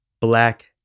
Black